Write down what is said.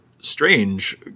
strange